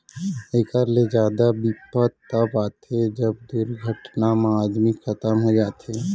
एकर ले जादा बिपत तव आथे जब दुरघटना म आदमी खतम हो जाथे